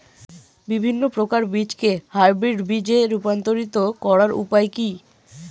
বিভিন্ন প্রকার বীজকে হাইব্রিড বীজ এ রূপান্তরিত করার উপায় কি?